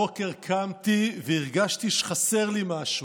הבוקר קמתי והרגשתי שחסר לי משהו.